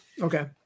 Okay